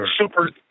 Super